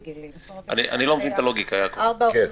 ממשי מסיבה אחרת,